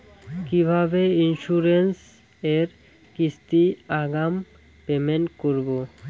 কিভাবে ইন্সুরেন্স এর কিস্তি আগাম পেমেন্ট করবো?